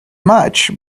much